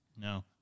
no